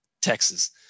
Texas